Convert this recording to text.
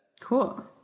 Cool